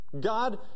God